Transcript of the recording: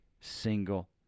single